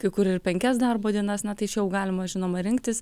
kai kur ir penkias darbo dienas na tai čia jau galima žinoma rinktis